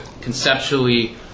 conceptually